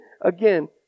again